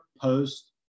post